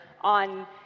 on